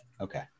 Okay